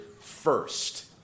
first